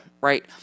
right